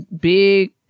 big